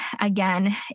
Again